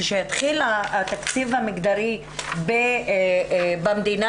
כשהתחיל התקציב המגדרי במדינה,